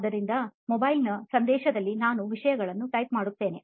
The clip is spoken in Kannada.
ಆದರೆ mobile phone ನ ಸಂದೇಶದಲ್ಲಿ ನಾನು ಆ ವಿಷಯಗಳನ್ನು typeಮಾಡುತ್ತೇನೆ